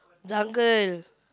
jungle